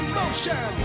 motion